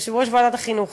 יושב-ראש ועדת החינוך,